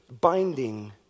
binding